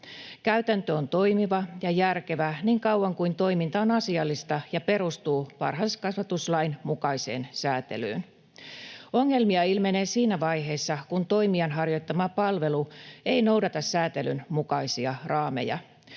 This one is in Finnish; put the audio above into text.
Käytäntö on toimiva ja järkevä niin kauan kuin toiminta on asiallista ja perustuu varhaiskasvatuslain mukaiseen säätelyyn. Ongelmia ilmenee siinä vaiheessa, kun toimijan harjoittama palvelu ei noudata säätelyn mukaisia raameja.